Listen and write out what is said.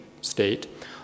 state